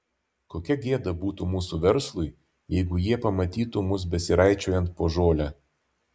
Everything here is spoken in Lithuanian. kokia gėda būtų mūsų verslui jeigu jie pamatytų mus besiraičiojant po žolę